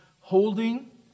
holding